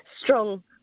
strong